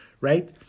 right